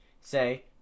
say